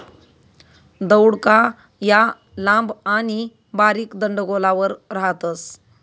दौडका या लांब आणि बारीक दंडगोलाकार राहतस